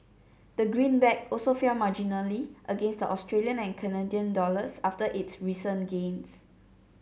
the greenback also fell marginally against the Australian and Canadian dollars after its recent gains